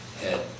head